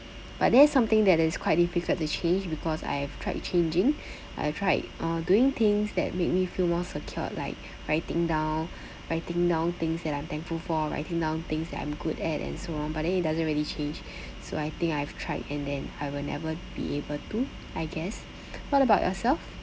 but that is something that is quite difficult to change because I have tried changing I've tried uh doing things that make me feel more secured like writing down writing down things that I'm thankful for writing down things that I'm good at and so on but then it doesn't really change so I think I've tried and then I will never be able to I guess what about yourself